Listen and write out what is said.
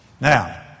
Now